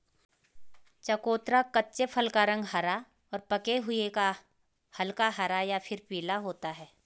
चकोतरा कच्चे फल का रंग हरा और पके हुए का हल्का हरा या फिर पीला होता है